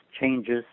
changes